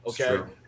Okay